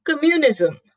Communism